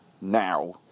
now